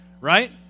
right